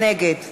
נגד